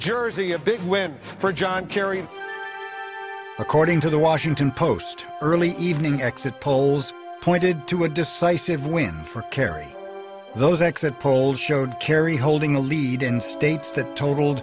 big win for john kerry according to the washington post early evening exit polls pointed to a decisive win for kerry those exit polls showed kerry holding a lead in states that total